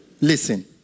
Listen